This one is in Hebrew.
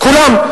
כולם.